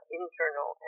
internal